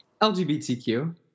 LGBTQ